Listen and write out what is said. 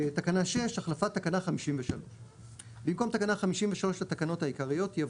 החלפת תקנה 53 6. במקום תקנה 53 לתקנות העיקריות יבוא: